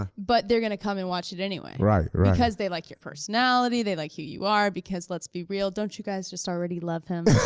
ah but they're gonna come and watch it anyway, because they like your personality, they like who you are, because let's be real, don't you guys just already love him?